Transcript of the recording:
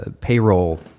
payroll